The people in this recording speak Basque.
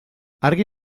argi